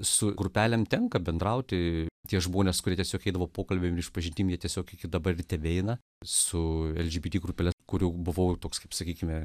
su grupelėm tenka bendrauti tie žmonės kurie tiesiog eidavo pokalbio išpažintimi tiesiog iki dabar tebeina su lgbt grupeles kurių buvau toks kaip sakykime